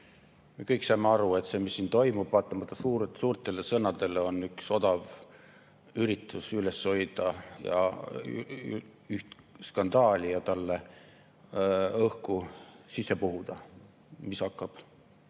Me kõik saame aru, et see, mis siin toimub, on vaatamata suurtele sõnadele üks odav üritus üleval hoida üht skandaali ja talle puhuda sisse õhku, mis hakkab